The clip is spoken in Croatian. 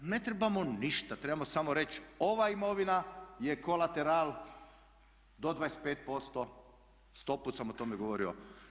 Ne trebamo ništa, trebamo samo reći ova imovina je kolateral do 25%, sto put sam o tome govorio.